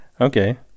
Okay